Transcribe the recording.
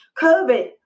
COVID